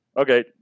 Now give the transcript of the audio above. okay